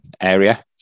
area